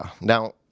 Now